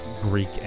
Greek